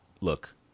look